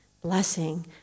Blessing